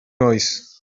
nghoes